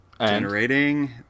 Generating